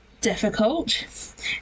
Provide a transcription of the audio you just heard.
difficult